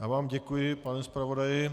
Já vám děkuji, pane zpravodaji.